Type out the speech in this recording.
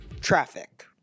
traffic